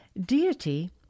Deity